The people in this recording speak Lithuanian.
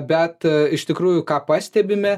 bet iš tikrųjų ką pastebime